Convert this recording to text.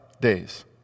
days